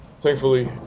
Thankfully